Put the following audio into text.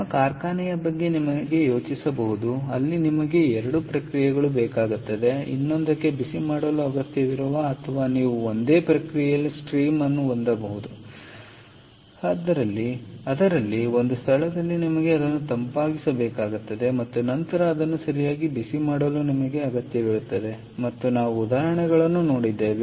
ನಮ್ಮ ಕಾರ್ಖಾನೆಯ ಬಗ್ಗೆ ನಿಮಗೆ ಯೋಚಿಸಬಹುದು ಅಲ್ಲಿ ನಿಮಗೆ 2 ಪ್ರಕ್ರಿಯೆಗಳು ಬೇಕಾಗುತ್ತವೆ ಇನ್ನೊಂದಕ್ಕೆ ಬಿಸಿಮಾಡಲು ಅಗತ್ಯವಿರುತ್ತದೆ ಅಥವಾ ನೀವು ಒಂದೇ ಪ್ರಕ್ರಿಯೆಯ ಸ್ಟ್ರೀಮ್ ಅನ್ನು ಹೊಂದಬಹುದು ಅದರಲ್ಲಿ ಒಂದು ಸ್ಥಳದಲ್ಲಿ ನಿಮಗೆ ಅದನ್ನು ತಂಪಾಗಿಸಬೇಕಾಗುತ್ತದೆ ಮತ್ತು ನಂತರ ಅದನ್ನು ಸರಿಯಾಗಿ ಬಿಸಿಮಾಡಲು ನಿಮಗೆ ಅಗತ್ಯವಿರುತ್ತದೆ ಮತ್ತು ನಾವು ಉದಾಹರಣೆಗಳನ್ನು ನೋಡಿದ್ದೇವೆ